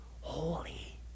holy